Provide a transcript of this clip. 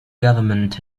government